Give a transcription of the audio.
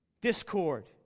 Discord